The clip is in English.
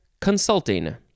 consulting